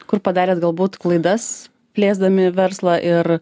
kur padarėt galbūt klaidas plėsdami verslą ir